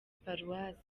paruwasi